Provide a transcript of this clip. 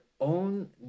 own